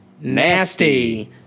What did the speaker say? Nasty